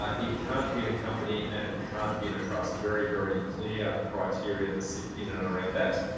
ah it can't be in a company and it can't be in a trust very, very clear criteria that sits in and around that.